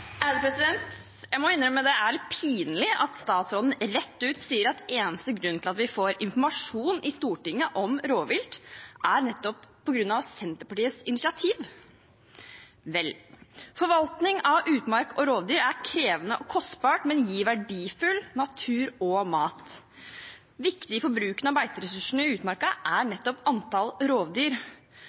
Jeg må innrømme at det er litt pinlig at statsråden sier rett ut at den eneste grunnen til at vi får informasjon i Stortinget om rovvilt, er nettopp Senterpartiets initiativ. – Vel. Forvaltning av utmark og rovdyr er krevende og kostbar, men gir verdifull natur og mat. Viktig for bruken av beiteressursene i utmarka er nettopp antall rovdyr.